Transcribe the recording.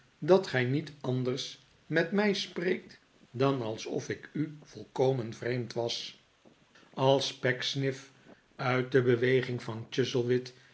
dat gij niet anders met mij spreekt dan alsof ik u volkomen vreemd was als pecksniff uit de beweging van